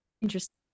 interesting